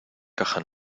caja